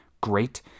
great